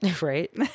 Right